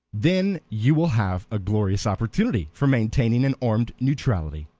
then you will have a glorious opportunity for maintaining an armed neutrality.